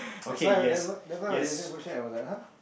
that's why that's why when you say food shag I'm like !hah!